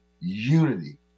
unity